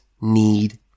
need